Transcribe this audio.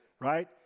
right